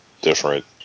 different